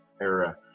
era